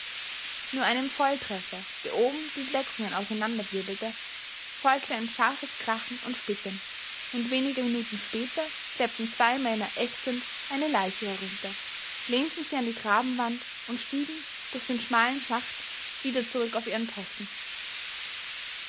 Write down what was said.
nur einem volltreffer der oben die deckungen auseinanderwirbelte folgte ein scharfes krachen und splittern und wenige minuten später schleppten zwei männer ächzend eine leiche herunter lehnten sie an die grabenwand und stiegen durch den schmalen schacht wieder zurück auf ihren posten